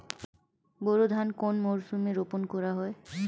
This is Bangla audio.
বোরো ধান কোন মরশুমে রোপণ করা হয়?